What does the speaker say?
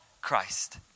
Christ